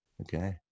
okay